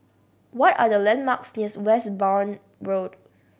what are the landmarks near Westbourne Road